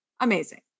amazing